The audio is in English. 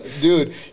Dude